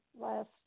last